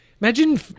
Imagine